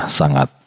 sangat